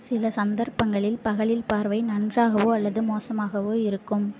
சில சந்தர்ப்பங்களில் பகலில் பார்வை நன்றாகவோ அல்லது மோசமாகவோ இருக்கும்